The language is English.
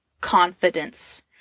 confidence